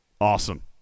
Awesome